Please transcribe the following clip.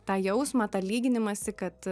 tą jausmą tą lyginimąsi kad